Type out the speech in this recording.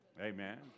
Amen